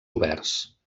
oberts